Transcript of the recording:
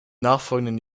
nachfolgenden